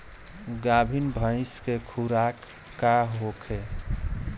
गाभिन भैंस के खुराक का होखे?